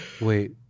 Wait